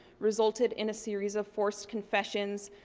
resulted in series of forced confessions,